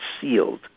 sealed